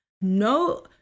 No